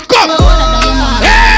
Come